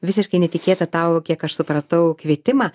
visiškai netikėtą tau kiek aš supratau kvietimą